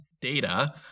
data